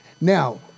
Now